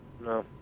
no